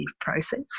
process